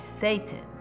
Satan